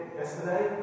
yesterday